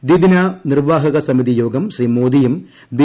ദ്വിദിന നിർവ്വാഹക സമിതി യ്യോർഫ് ശ്രീ മോദിയും ബി